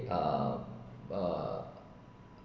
err err